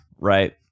right